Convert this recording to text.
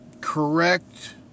correct